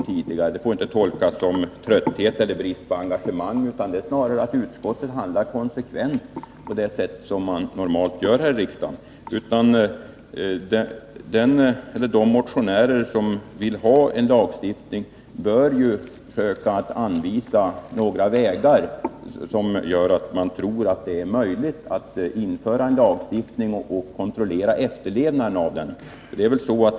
Det får rörande onykterinte tolkas som trötthet eller brist på engagemang. Det är snarare så att het i trafik till utskottet har handlat konsekvent, på det sätt som man normalt gör här i sjöss riksdagen. De motionärer som vill ha en lagstiftning bör ju försöka anvisa några vägar som gör att man tror att det finns möjlighet att införa en lagstiftning och kontrollera efterlevnaden av den.